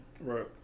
Right